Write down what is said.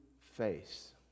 face